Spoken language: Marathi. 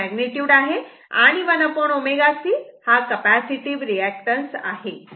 तर हे मॅग्निट्युड आहे आणि 1 ω C हा कपॅसिटीव्ह रिऍक्टन्स आहे